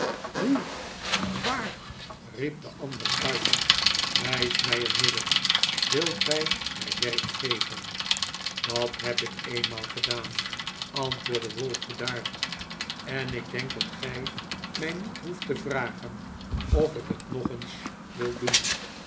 hoe waar riep de ander uit wijs mij een middel wilt gij mij werk geven dat heb ik eenmaal gedaan antwoordde ralph bedaard en ik denk dat gij mij niet hoeft te vragen of ik het nog eens wil doen